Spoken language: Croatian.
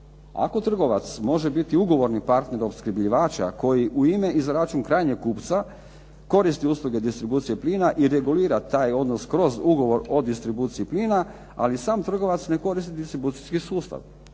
Ako trgovac može biti ugovorni partner opskrbljivača koji u ime i za račun krajnjeg kupca koristi usluge distribucije plina i regulira taj odnos kroz ugovor o distribuciji plina, ali sam trgovac koristi distribucijski sustav.